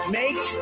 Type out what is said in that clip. make